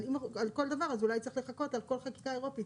אבל אולי צריך לחכות על כל חקיקה אירופית